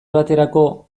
baterako